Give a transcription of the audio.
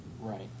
Right